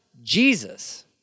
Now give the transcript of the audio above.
Jesus